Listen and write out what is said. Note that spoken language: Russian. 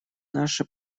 наше